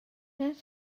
ers